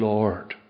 Lord